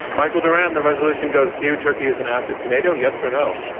michael doran, the resolution goes to you turkey is an asset to nato. yes or no?